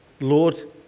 Lord